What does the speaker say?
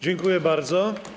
Dziękuję bardzo.